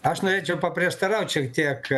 aš norėčiau paprieštaraut šiek tiek